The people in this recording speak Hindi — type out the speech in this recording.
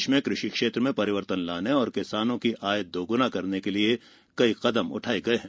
देश में कृषि क्षेत्र में परिवर्तन लाने और किसानों की आय दोगुना करने के लिए कई कदम उठाए हैं